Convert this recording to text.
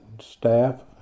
staff